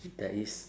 there is